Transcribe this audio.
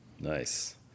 Nice